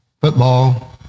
football